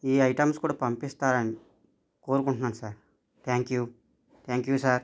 ఈ ఐటమ్స్ కూడా పంపిస్తారని కోరుకుంటున్నాను sir thank you thank you sir